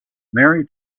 mary